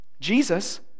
Jesus